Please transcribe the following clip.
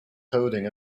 coding